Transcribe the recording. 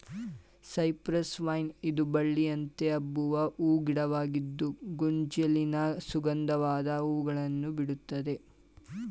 cypress vine ಇದು ಬಳ್ಳಿಯಂತೆ ಹಬ್ಬುವ ಹೂ ಗಿಡವಾಗಿದ್ದು ಗೊಂಚಲಿನ ಸುಗಂಧವಾದ ಹೂಗಳನ್ನು ಬಿಡುತ್ತದೆ